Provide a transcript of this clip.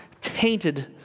tainted